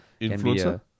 influencer